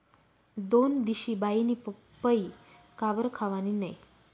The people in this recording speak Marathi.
दोनदिशी बाईनी पपई काबरं खावानी नै